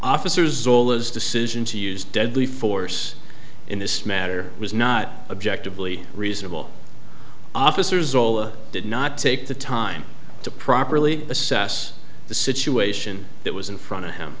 officers zola's decision to use deadly force in this matter was not objectively reasonable officers ola did not take the time to properly assess the situation that was in front of him